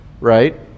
right